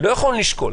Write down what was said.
לא יכולנו לשקול.